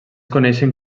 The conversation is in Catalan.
coneixen